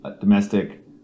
domestic